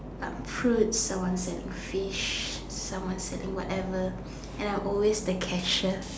fruits or someone's selling fish or selling whatever and I'm always the cashier